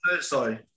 sorry